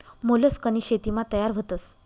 मोलस्कनी शेतीमा तयार व्हतस